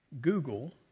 Google